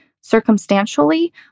circumstantially